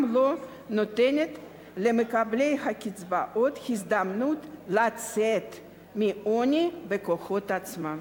וגם לא נותנת למקבלי הקצבאות הזדמנות לצאת מהעוני בכוחות עצמם,